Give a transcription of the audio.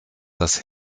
das